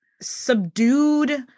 subdued